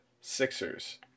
Sixers